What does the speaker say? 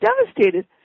devastated